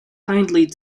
kindly